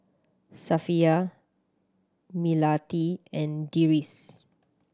Safiya Melati and Deris